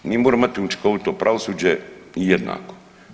Mi moramo imati učinkovito pravosuđe i jednako.